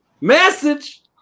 message